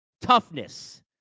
Toughness